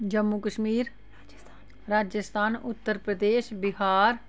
Jammu Kashmir Rajasthan Uttar Pradesh Bihar